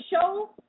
show